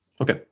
Okay